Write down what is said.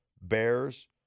Bears